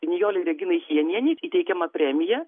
nijolei reginai chijenienei įteikiama premija